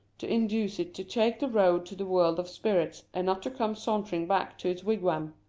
to induce it to take the road to the world of spirits and not to come sauntering back to its wigwam.